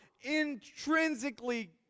intrinsically